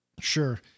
sure